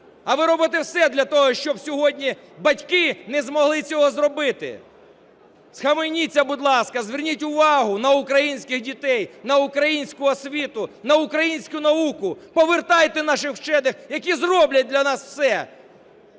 А ви робите все для того, щоб сьогодні батьки не змогли цього зробити. Схаменіться, будь ласка. Зверніть увагу на українських дітей, на українську освіту, на українську науку, повертайте наших вчених, які зроблять для нас все.